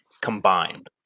combined